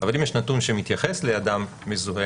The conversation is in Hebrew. אבל אם יש נתון שמתייחס לאדם מזוהה,